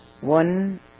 one